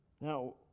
Now